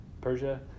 Persia